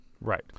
Right